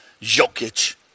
Jokic